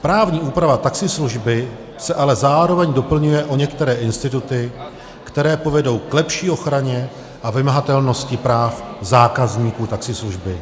Právní úprava taxislužby se ale zároveň doplňuje o některé instituty, které povedou k lepší ochraně a vymahatelnosti práv zákazníků taxislužby.